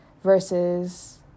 versus